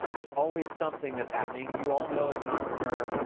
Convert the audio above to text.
there's always something that's happening. you all know, as an entrepreneur,